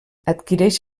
adquireix